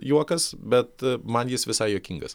juokas bet man jis visai juokingas